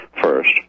First